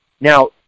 Now